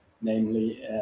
namely